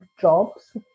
jobs